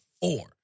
four